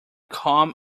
come